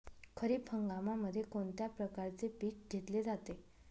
खरीप हंगामामध्ये कोणत्या प्रकारचे पीक घेतले जाते?